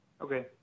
okay